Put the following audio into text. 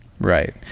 Right